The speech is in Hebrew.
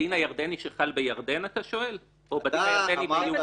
בדין הירדני שחל בירדן אתה שואל או בדין הירדני ב --- אתה אמרת